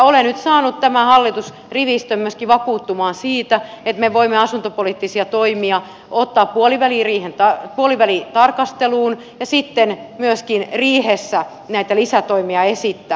olen nyt saanut tämän hallitusrivistön myöskin vakuuttumaan siitä että me voimme asuntopoliittisia toimia ottaa puolivälitarkasteluun ja sitten myöskin riihessä näitä lisätoimia esittää